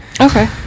okay